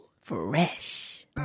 Fresh